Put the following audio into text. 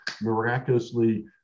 miraculously